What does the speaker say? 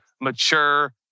mature